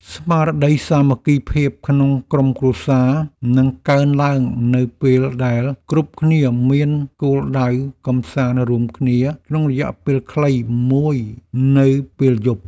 ស្មារតីសាមគ្គីភាពក្នុងក្រុមគ្រួសារនឹងកើនឡើងនៅពេលដែលគ្រប់គ្នាមានគោលដៅកម្សាន្តរួមគ្នាក្នុងរយៈពេលខ្លីមួយនៅពេលយប់។